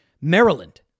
Maryland